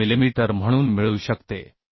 87 millimetre म्हणून मिळू शकते